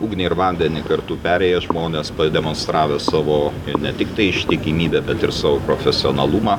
ugnį ir vandenį kartu perėję žmonės pademonstravę savo ir ne tiktai ištikimybę bet ir savo profesionalumą